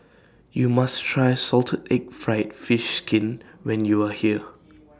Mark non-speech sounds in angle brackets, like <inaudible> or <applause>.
YOU must Try Salted Egg Fried Fish Skin when YOU Are here <noise>